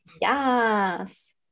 Yes